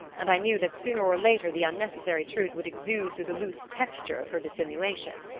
and i knew that sooner or later the unnecessary truth would exude through the loose texture of her dissimulation.